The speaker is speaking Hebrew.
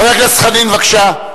חבר הכנסת חנין, בבקשה.